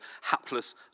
hapless